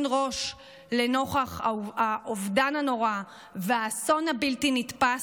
ראש נוכח האובדן הנורא והאסון הבלתי-נתפס,